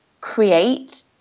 create